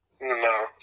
No